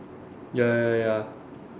ya ya ya ya